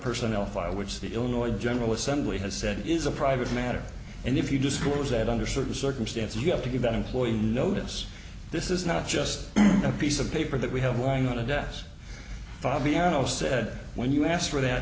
personnel file which the illinois general assembly has said is a private matter and if you disclose that under certain circumstances you have to give that employee notice this is not just a piece of paper that we have lying on a desk fabiano said when you ask for that